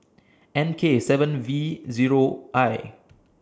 N K seven V Zero I